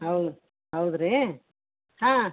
ಹೌದ್ ಹೌದ್ ರೀ ಹಾಂ